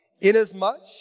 Inasmuch